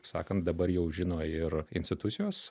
sakant dabar jau žino ir institucijos